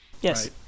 Yes